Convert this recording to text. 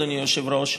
אדוני היושב-ראש,